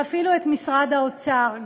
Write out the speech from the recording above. ואפילו את משרד האוצר,